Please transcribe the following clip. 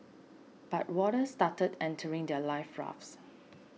but water started entering their life rafts